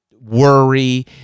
worry